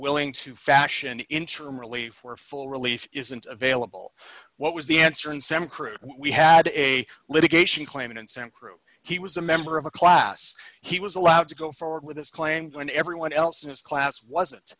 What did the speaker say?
willing to fashion interim relief for a full release isn't available what was the answer in santa cruz we had a litigation claimants and crew he was a member of a class he was allowed to go forward with this claim when everyone else in his class wasn't